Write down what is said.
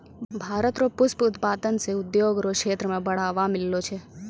भारत रो पुष्प उत्पादन से उद्योग रो क्षेत्र मे बढ़ावा मिललो छै